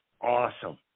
awesome